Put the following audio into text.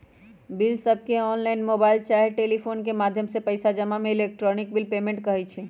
बिलसबके online, mobile चाहे telephone के माध्यम से पइसा जमा के इलेक्ट्रॉनिक बिल पेमेंट कहई छै